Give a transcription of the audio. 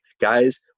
guys